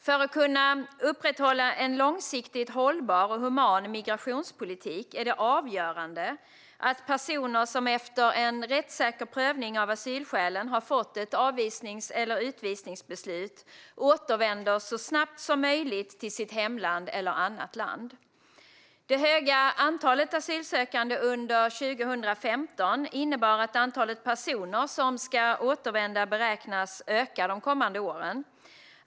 För att kunna upprätthålla en långsiktigt hållbar och human migrationspolitik är det avgörande att personer som efter en rättssäker prövning av asylskälen har fått ett avvisnings eller utvisningsbeslut så snabbt som möjligt återvänder till sitt hemland eller till annat land. Det stora antalet asylsökande under 2015 innebär att antalet personer som ska återvända beräknas öka de kommande åren.